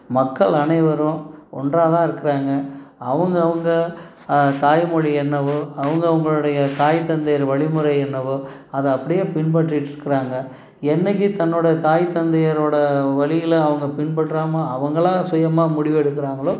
மக்கள் அனைவரும் ஒன்றாக தான் இருக்கிறாங்க அவங்கவங்க தாய்மொழி என்னவோ அவங்கவங்களுடைய தாய் தந்தையர் வழிமுறை என்னவோ அதை அப்படியே பின்பற்றிட்டுருக்குறாங்க என்றைக்கி தன்னோடய தாய் தந்தையரோடய வழியில் அவங்க பின்பற்றாமல் அவங்களா சுயமாக முடிவெடுக்கிறாங்களோ